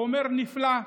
הוא אומר: נפלא,